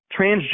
transgender